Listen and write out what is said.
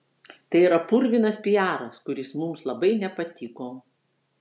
tai yra purvinas piaras kuris mums labai nepatiko